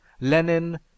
Lenin